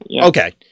okay